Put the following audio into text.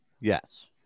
Yes